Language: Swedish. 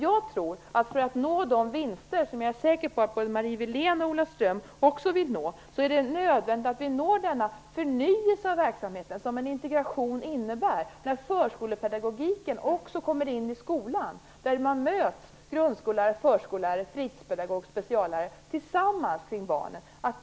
För att nå de vinster som jag är säker på att både Marie Wilén och Ola Ström också vill nå är det nödvändigt att man åstadkommer den förnyelse av verksamheten som en integration innebär, där förskolepedagogiken också kommer in i skolan, där grundskollärare, förskollärare, fritidspedagog och speciallärare möts kring barnen.